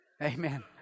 Amen